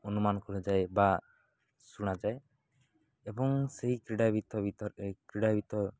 ଅନୁମାନ କରାଯାଏ ବା ଶୁଣାଯାଏ ଏବଂ ସେହି କ୍ରୀଡ଼ାବିତ ଭିତରେ କ୍ରୀଡ଼ାବିତ